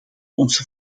ons